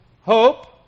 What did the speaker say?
hope